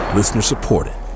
Listener-supported